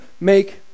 make